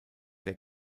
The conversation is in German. der